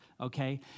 okay